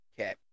Okay